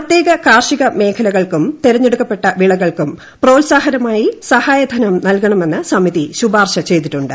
പ്രത്യേക കാർഷിക മേഖലകൾക്കും തെരഞ്ഞെടുക്കപ്പെട്ട വിളകൾക്കും പ്രോത്സാഹനമായി സഹായധനം നൽകണമെന്ന് സമിതി ശുപാർശ ചെയ്തിട്ടുണ്ട്